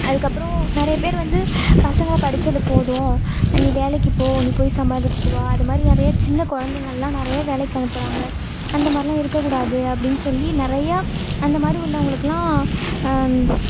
அதுக்கப்புறம் நிறைய பேர் வந்து பசங்களை படித்தது போதும் நீ வேலைக்கு போ நீ போய் சம்பாதிச்சுட்டு வா அதுமாதிரி நிறைய சின்ன கொழந்தைங்கள்லாம் நிறைய வேலைக்கு அனுப்புகிறாங்க அந்தமாதிரிலாம் இருக்கக்கூடாது அப்டின்னு சொல்லி நிறையா அந்தமாதிரி உள்ளவங்களுக்கெல்லாம்